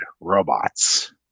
robots